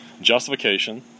justification